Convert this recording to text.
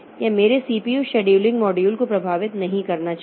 यह मेरे CPU scheduling module को प्रभावित नहीं करना चाहिए